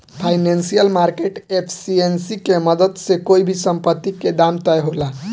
financial market efficiency के मदद से कोई भी संपत्ति के दाम तय होला